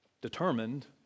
determined